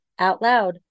OUTLOUD